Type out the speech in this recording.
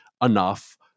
enough